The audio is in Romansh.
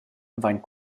vain